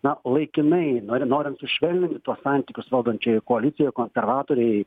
na laikinai nori norint sušvelnint tuos santykius valdančiojai koalicijoj konservatoriai